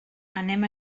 anem